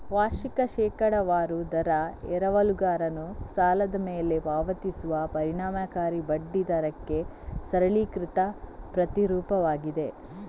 ವಾರ್ಷಿಕ ಶೇಕಡಾವಾರು ದರ ಎರವಲುಗಾರನು ಸಾಲದ ಮೇಲೆ ಪಾವತಿಸುವ ಪರಿಣಾಮಕಾರಿ ಬಡ್ಡಿ ದರಕ್ಕೆ ಸರಳೀಕೃತ ಪ್ರತಿರೂಪವಾಗಿದೆ